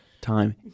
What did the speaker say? time